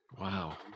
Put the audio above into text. wow